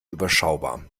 überschaubar